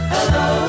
Hello